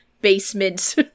basement